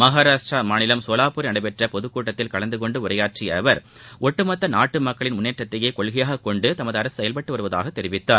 மகாராஷ்டிரமாநிலம் சோலாப்பூரில் நடைபெற்ற பொதுக்கூட்டத்தில் கலந்துகொண்டு உரையாற்றிய அவர் ஒட்டுமொத்த நாட்டு மக்களின் முன்னேற்றத்தையே கொள்கையாகக் கொண்டு தமது அரசு செயல்பட்டு வருவதாக தெரிவித்தார்